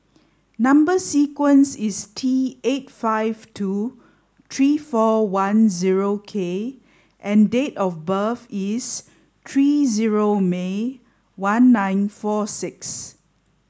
number sequence is T eight five two three four one zero K and date of birth is three zero May one nine four six